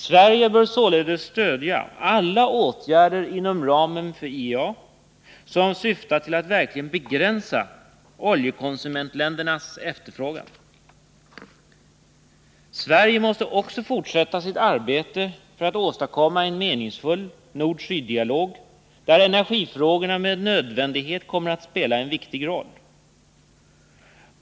Sverige bör således stödja alla åtgärder inom ramen för IEA, vilka syftar till att verkligen begränsa oljekonsumentländernas efterfrågan. Sverige måste också fortsätta sitt arbete för att åstadkomma en meningsfull nord-syddialog, där energifrågorna med nödvändighet kommer att spela en viktig roll.